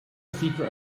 secret